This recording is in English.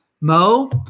Mo